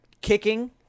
kicking